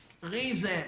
reason